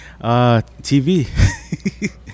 TV